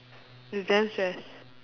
it's damn stress